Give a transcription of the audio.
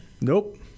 Nope